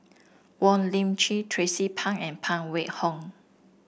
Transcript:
Wong Lip Chin Tracie Pang and Phan Wait Hong